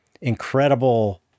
incredible –